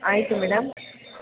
ಆಯಿತು ಮೇಡಮ್